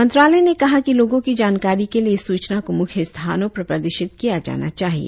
मंत्रालय ने कहा कि लोगो की जानकारी के लिए इस सूचना को मुख्य स्थानो पर प्रदर्शित किया जाना चाहिए